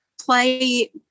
play